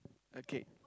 okay